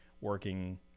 working